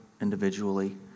individually